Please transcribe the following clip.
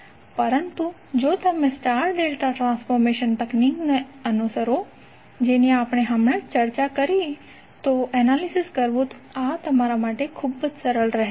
પરંતુ જો તમે સ્ટાર ડેલ્ટા ટ્રાન્સફોર્મેશન તકનીકને અનુસરો જેની આપણે હમણાં જ ચર્ચા કરી તો એનાલિસિસ કરવું આ તમારા માટે ખૂબ સરળ રહેશે